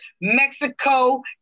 Mexico